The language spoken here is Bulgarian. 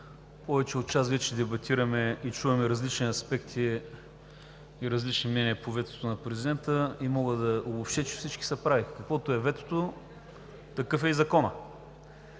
Повече от час дебатираме, чуваме различни аспекти и различни мнения по ветото на президента. Мога да обобщя, че всички са прави: каквото е ветото – такъв е и Законът.